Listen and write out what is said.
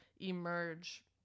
emerge